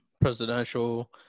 presidential